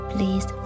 Please